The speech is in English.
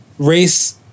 Race